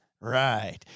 Right